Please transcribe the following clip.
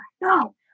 no